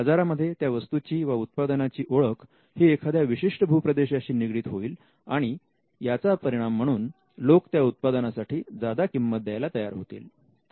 बाजारामध्ये त्या वस्तूची वा उत्पादनाची ओळख ही एखाद्या विशिष्ट भूप्रदेशाशी निगडित होईल आणि याचा परिणाम म्हणून लोक त्या उत्पादनासाठी जादा किंमत द्यायला तयार होतील